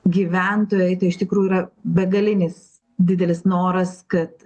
gyventojai tai iš tikrųjų yra begalinis didelis noras kad